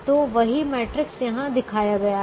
तो वही मैट्रिक्स यहाँ दिखाया गया है